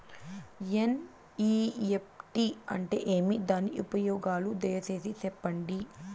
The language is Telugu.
ఎన్.ఇ.ఎఫ్.టి అంటే ఏమి? దాని ఉపయోగాలు దయసేసి సెప్పండి?